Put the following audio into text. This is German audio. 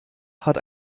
hat